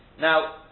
Now